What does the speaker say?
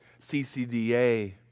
CCDA